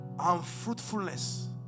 Unfruitfulness